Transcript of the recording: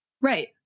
Right